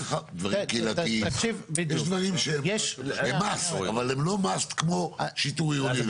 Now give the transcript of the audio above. יש דברים קהילתיים שהםmust אבל לא כמו שיטור עירוני.